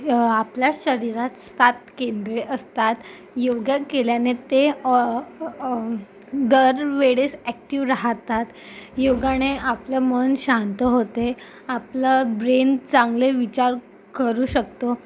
आपल्या शरीरात सात केंद्रे असतात योगा केल्याने ते दर वेळेस ॲक्टिव राहातात योगाने आपलं मन शांत होते आपलं ब्रेन चांगले विचार करू शकतो